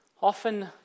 often